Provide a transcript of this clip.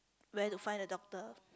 where to find the doctor